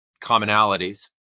commonalities